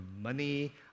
money